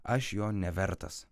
aš jo nevertas